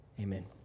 Amen